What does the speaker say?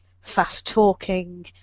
fast-talking